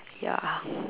ya